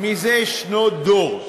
זה שנות דור.